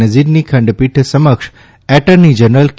નઝીરની ખંડપીઠ સમક્ષ attorney general કે